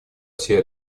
всей